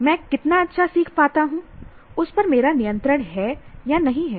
मैं कितना अच्छा सीख पाता हूं उस पर मेरा नियंत्रण है या नहीं है